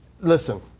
Listen